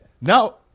No